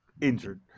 injured